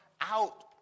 out